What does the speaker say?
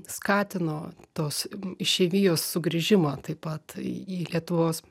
skatino tos išeivijos sugrįžimą taip pat į į lietuvos